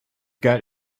got